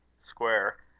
square,